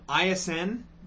ISN